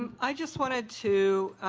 i just wanted to